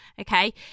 okay